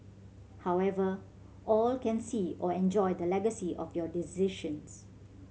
however all can see or enjoy the legacy of your decisions